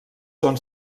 són